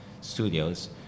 studios